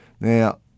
Now